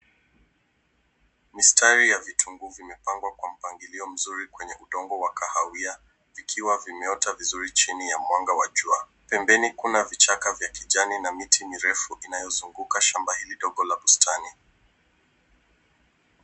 Mistari ya vitunguu vimepangwa kwa mpangilio mzuri kwenye udongo wa kahawia vikiwa vimeota vizuri chini ya mwanga wa jua. Pembeni kuna vichaka vya kijani na miti mirefu inayozunguka shamba hili dogo la bustani.